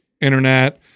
internet